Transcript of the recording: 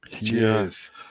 Yes